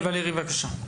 ולרי, בבקשה.